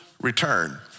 return